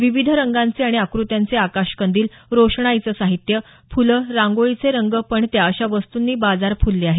विविध रंगांचे आणि आकृत्यांचे आकाशकंदील रोषणाईचं साहित्य फुलं रांगोळीचे रंग पणत्या अशा वस्तूंनी बाजार फुलले आहेत